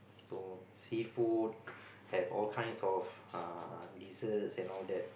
so seafood have all kinds of err desserts and all that